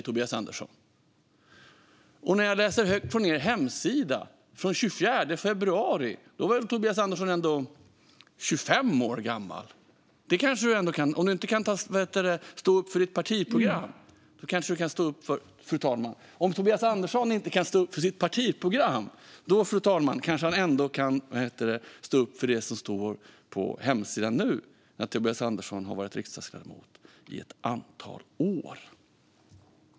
Jag läste högt från Sverigedemokraternas hemsida från den 24 februari. Då var Tobias Andersson ändå 25 år gammal. Om Tobias Andersson inte kan stå upp för sitt partiprogram, fru talman, kanske han ändå kan stå upp för det som står på hemsidan nu, när han har varit riksdagsledamot i ett antal år.